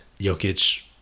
Jokic